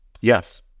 Yes